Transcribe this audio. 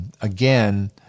again